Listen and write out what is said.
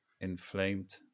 inflamed